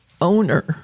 owner